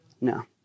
No